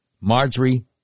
Marjorie